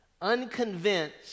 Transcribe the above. Unconvinced